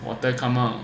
water come out